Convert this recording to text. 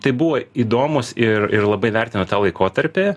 tai buvo įdomus ir ir labai vertinu tą laikotarpį